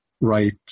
right